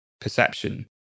perception